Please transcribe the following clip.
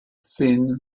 thin